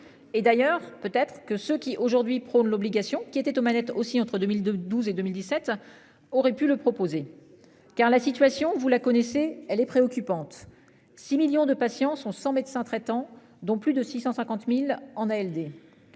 Et d'ailleurs peut-être que ceux qui aujourd'hui prônent l'obligation qui était aux manettes aussi entre 2002 12 et 2017 auraient pu le proposer. Car la situation, vous la connaissez, elle est préoccupante. 6 millions de patients sont sans médecin traitant dont plus de 650.000 en ALD.